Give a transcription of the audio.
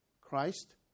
Christ